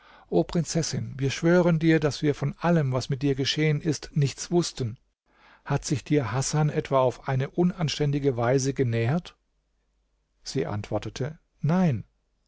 prinzessin wir schwören dir daß wir von allem was mit dir geschehen ist nichts wußten hat sich dir hasan etwa auf eine unanständige weise genähert sie antwortete nein